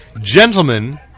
Gentlemen